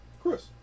Chris